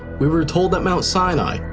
we were told that mount sinai,